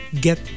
get